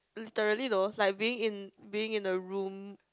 literally though like being in being in a room